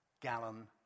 gallon